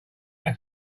that